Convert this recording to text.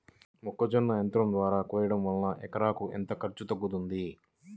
మొక్కజొన్న యంత్రం ద్వారా కోయటం వలన ఎకరాకు ఎంత ఖర్చు తగ్గుతుంది?